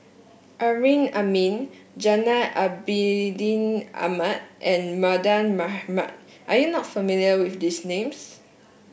Amrin Amin Gainal Abidin Ahmad and Mardan Mamat are you not familiar with these names